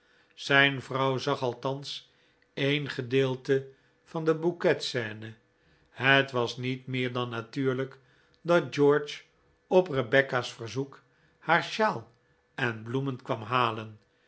zijn vrouw zag althans een gedeelte van de bouquet scene het was niet meer dan natuurlijk dat george op rebecca's verzoek haar sjaal en bloemen kwam halen